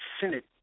Senate